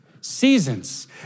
seasons